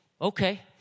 Okay